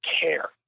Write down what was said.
care